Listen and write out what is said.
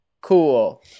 Cool